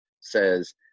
says